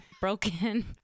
Broken